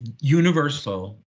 universal